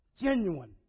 genuine